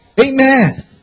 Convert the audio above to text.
Amen